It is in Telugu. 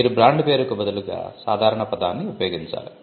మీరు బ్రాండ్ పేరుకు బదులుగా సాధారణ పదాన్ని ఉపయోగించాలి